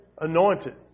anointed